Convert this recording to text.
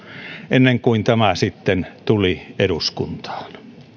ennen kuin tämä sitten tuli eduskuntaan